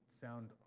sound